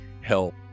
help